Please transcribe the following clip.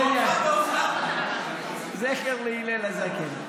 מלכיאלי, זכר להלל הזקן.